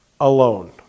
alone